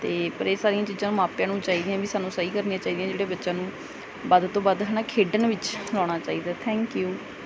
ਅਤੇ ਪਰ ਇਹ ਸਾਰੀਆਂ ਚੀਜ਼ਾਂ ਮਾਪਿਆਂ ਨੂੰ ਚਾਹੀਦੀਆਂ ਵੀ ਸਾਨੂੰ ਸਹੀ ਕਰਨੀਆਂ ਚਾਹੀਦੀਆਂ ਜਿਹੜੇ ਬੱਚਿਆਂ ਨੂੰ ਵੱਧ ਤੋਂ ਵੱਧ ਹੈ ਨਾ ਖੇਡਣ ਵਿੱਚ ਲਾਉਣਾ ਚਾਹੀਦਾ ਥੈਂਕ ਯੂ